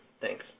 Thanks